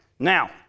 Now